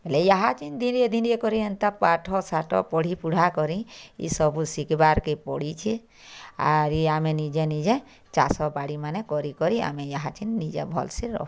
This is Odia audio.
ହେଲେ ଯାହା ଚିନ୍ ଧୀରେ ଧୀରେ କରି ହେନ୍ତା ପାଠସାଠ ପଢ଼ିପୁଢ଼ା କରି ଏ ସବୁ ଶିଖବାର୍ କେ ପଡ଼ିଛେ ଆରି ଆମେ ନିଜେ ନିଜେ ଚାଷ ବାଡ଼ି ମାନେ କରି କରି ଆମେ ଈହା ଚିନ୍ ନିଜେ ଭଲ୍ସେ ରଖୁଛୁ